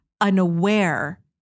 unaware